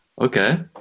okay